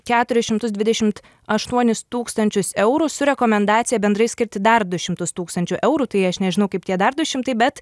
keturis šimtus dvidešimt aštuonis tūkstančius eurų su rekomendacija bendrai skirti dar du šimtus tūkstančių eurų tai aš nežinau kaip tie dar du šimtai bet